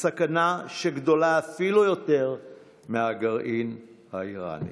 סכנה שגדולה אפילו יותר מהגרעין האיראני.